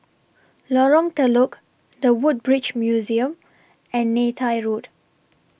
Lorong Telok The Woodbridge Museum and Neythai Road